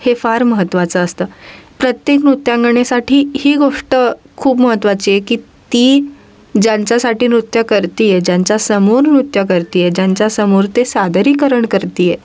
हे फार महत्त्वाचं असतं प्रत्येक नृत्यांगनेसाठी ही गोष्ट खूप महत्त्वाची आहे की ती ज्यांच्यासाठी नृत्य करते आहे ज्यांच्यासमोर नृत्य करते आहे ज्यांच्यासमोर ते सादरीकरण करते आहे